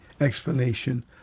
explanation